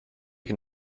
can